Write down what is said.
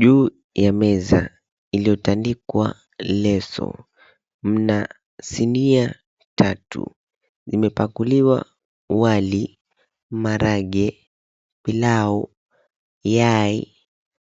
Juu ya meza iliyotandikwa leso mna sinia tatu limepakuliwa wali, marage, pilau, yai